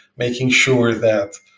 making sure that